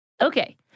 Okay